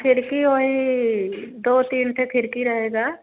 खिड़की हुई दो तीन तो खिड़की रहेगी